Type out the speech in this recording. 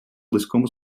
близькому